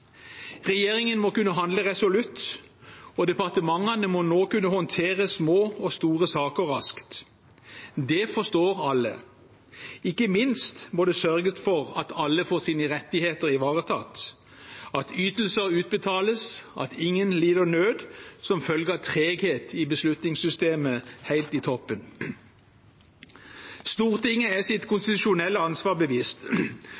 Regjeringen må kunne handle resolutt, og departementene må nå kunne håndtere små og store saker raskt. Det forstår alle. Ikke minst må det sørges for at alle får sine rettigheter ivaretatt, at ytelser utbetales, og at ingen lider nød som følge av treghet i beslutningssystemet helt i toppen. Stortinget er seg sitt